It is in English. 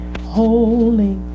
holy